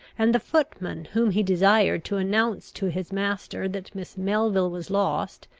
and the footman whom he desired to announce to his master that miss melville was lost,